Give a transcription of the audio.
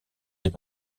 des